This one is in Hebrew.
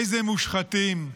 איזה מושחתים.